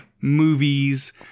movies